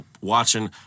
watching